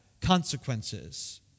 consequences